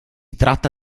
tratta